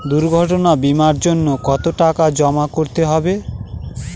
দুর্ঘটনা বিমার জন্য কত টাকা জমা করতে হবে?